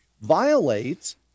violates